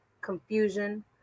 confusion